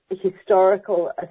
historical